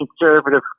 conservative